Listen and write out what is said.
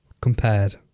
Compared